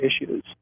issues